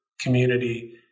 community